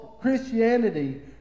Christianity